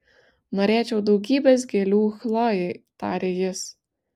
norėčiau daugybės gėlių chlojei tarė jis